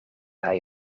hij